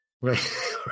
right